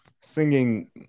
singing